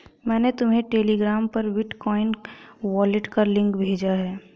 मैंने तुम्हें टेलीग्राम पर बिटकॉइन वॉलेट का लिंक भेजा है